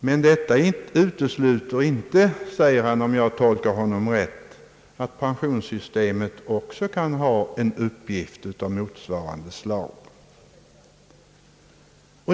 Men det utesluter inte, säger han — om jag tolkar honom rätt — att pensionssystemet också kan ha en uppgift av motsvarande slag.